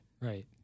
Right